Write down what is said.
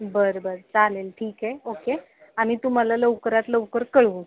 बरं बरं चालेल ठीक आहे ओके आम्ही तुम्हाला लवकरात लवकर कळवू